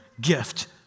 gift